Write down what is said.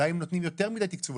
אולי הם נותנים יותר מידי תקצוב,